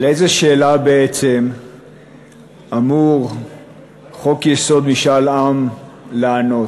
על איזה שאלה בעצם אמור חוק-יסוד: משאל עם לענות?